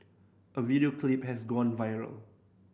a video clip has gone viral